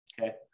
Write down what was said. okay